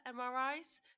MRIs